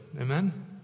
Amen